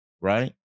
right